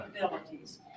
abilities